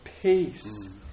peace